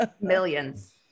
Millions